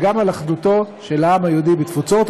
וגם על אחדותו של העם היהודי בתפוצות,